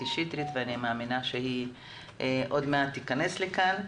שטרית ואני מאמינה שהיא עוד מעט תיכנס לכאן.